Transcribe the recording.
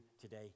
today